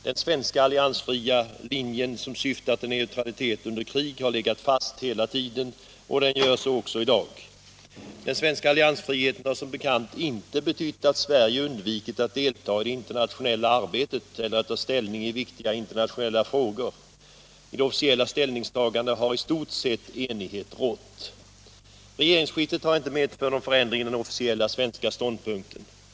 Den svenska alliansfria linjen, som syftar till neutralitet under krig, har hela tiden legat fast, och den gör så också i dag. Den svenska alliansfriheten har som bekant inte betytt att Sverige undvikit att delta i det internationella arbetet eller att ta ställning i viktiga internationella frågor. Om officiella ställningstaganden har i stort sett enighet rått. Regeringsskiftet har inte medfört någon förändring av den officiella svenska ståndpunkten.